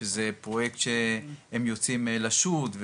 שזה פרוייקט שהם יוצאים לשוט,